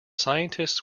scientists